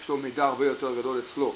יש לו הרבה יותר מידע אצלו.